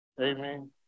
amen